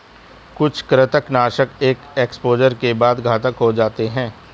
कुछ कृंतकनाशक एक एक्सपोजर के बाद घातक हो जाते है